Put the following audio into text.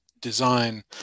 design